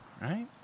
right